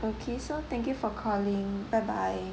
okay so thank you for calling bye bye